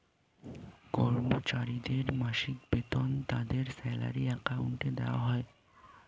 কর্মচারীদের মাসিক বেতন তাদের স্যালারি অ্যাকাউন্টে দেওয়া হয়